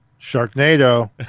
Sharknado